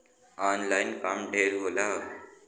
online काम ढेर होला